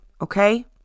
okay